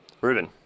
Ruben